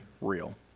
real